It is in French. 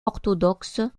orthodoxe